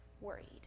worried